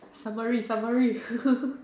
summary summary